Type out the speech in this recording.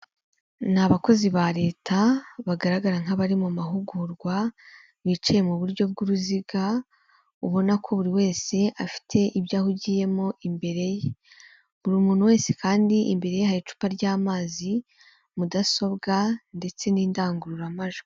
Ni abakozi ba leta, bagaragara nk'abari mu mahugurwa, bicaye mu buryo bw'uruziga, ubona ko buri wese afite ibyo ahugiyemo imbere ye. Buri muntu wese kandi imbere ye hari icupa ry'amazi, mudasobwa ndetse n'indangururamajwi.